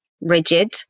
rigid